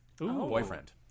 Boyfriend